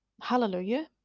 Hallelujah